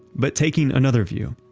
but taking another view,